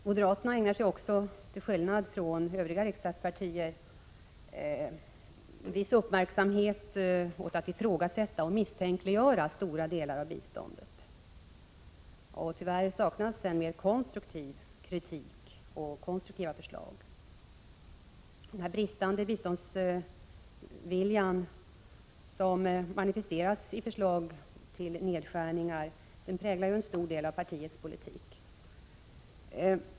Moderaterna ägnar också, till skillnad från övriga riksdagspartier, en viss uppmärksamhet åt att ifrågasätta och misstänkliggöra stora delar av biståndet. Tyvärr saknas mer konstruktiv kritik och konstruktiva förslag. Den bristande biståndsviljan, som manifesteras i förslag till nedskärningar, präglar ju en stor del av partiets politik.